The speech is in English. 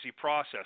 process